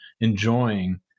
enjoying